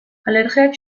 alergiak